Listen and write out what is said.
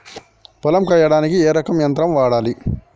పొలం కొయ్యడానికి ఏ రకం యంత్రం వాడాలి?